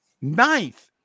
Ninth